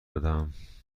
بدهم